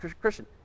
Christian